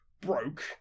broke